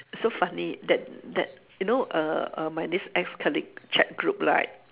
so funny that that you know err err my this ex colleague chat group right